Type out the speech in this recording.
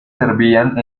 servían